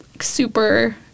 super